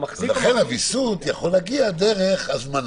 הוויסות יכול להגיע דרך הזמנה.